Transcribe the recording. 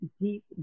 deep